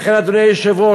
לכן, אדוני היושב-ראש,